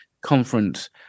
conference